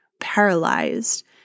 paralyzed